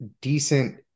decent